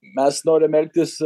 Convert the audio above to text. mes norim elgtis